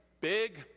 big